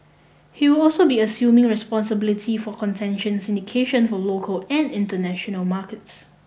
he will also be assuming responsibility for contention syndication for local and international markets